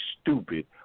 stupid